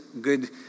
good